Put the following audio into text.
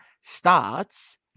starts